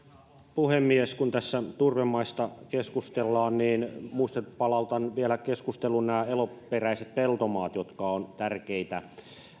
puhemies kun tässä turvemaista keskustellaan niin palautan vielä keskusteluun nämä eloperäiset peltomaat jotka ovat tärkeitä